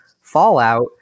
fallout